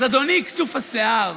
אז אדוני כסוף השיער,